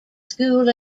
school